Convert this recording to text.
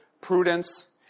prudence